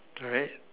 correct